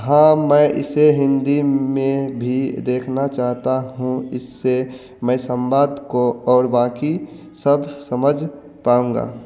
हाँ मैं इसे हिन्दी में भी देखना चाहता हूँ इससे मैं संवाद और बाकी सब समझ पाउंगा